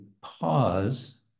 pause